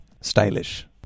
stylish